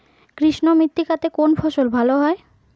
কৃষ্ণ মৃত্তিকা তে কোন ফসল ভালো হয়?